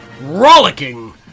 rollicking